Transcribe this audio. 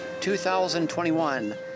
2021